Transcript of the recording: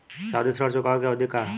सावधि ऋण चुकावे के अवधि का ह?